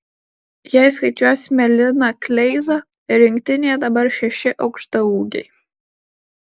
jei skaičiuosime liną kleizą rinktinėje dabar šeši aukštaūgiai